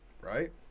Right